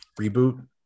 reboot